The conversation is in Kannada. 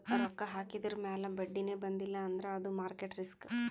ರೊಕ್ಕಾ ಹಾಕಿದುರ್ ಮ್ಯಾಲ ಬಡ್ಡಿನೇ ಬಂದಿಲ್ಲ ಅಂದ್ರ ಅದು ಮಾರ್ಕೆಟ್ ರಿಸ್ಕ್